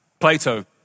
Plato